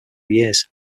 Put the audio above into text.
years